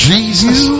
Jesus